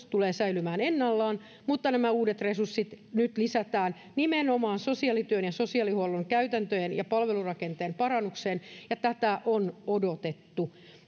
tulee säilymään ennallaan mutta nämä uudet resurssit nyt lisätään nimenomaan sosiaalityön ja sosiaalihuollon käytäntöjen ja palvelurakenteen parannukseen ja tätä on odotettu